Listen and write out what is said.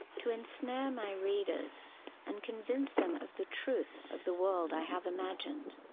to ensnare my readers and convince them of the truth of the world i have imagined.